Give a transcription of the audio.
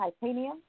Titanium